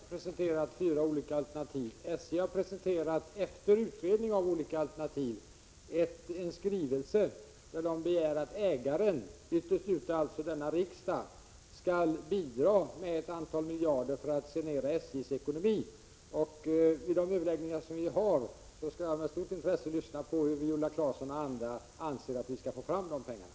Fru talman! SJ har inte presenterat fyra olika alternativ. SJ har presenterat, efter utredning av olika alternativ, en skrivelse med begäran om att ägaren, ytterst alltså denna riksdag, skall bidra med ett antal miljarder för att sanera SJ:s ekonomi. Vid de överläggningar som vi har skall jag med stort intresse lyssna på hur Viola Claesson och andra anser att vi skall få fram de pengarna.